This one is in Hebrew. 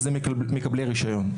אלו מקבלי רישיון.